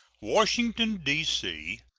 washington, d c,